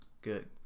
good